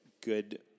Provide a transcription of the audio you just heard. good